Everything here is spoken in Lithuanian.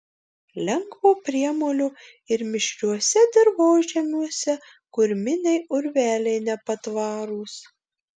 lengvo priemolio ir mišriuose dirvožemiuose kurminiai urveliai nepatvarūs